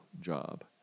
job